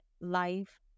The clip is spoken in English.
life